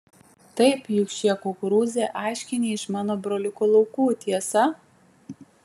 taip juk šie kukurūzai aiškiai ne iš mano broliuko laukų tiesa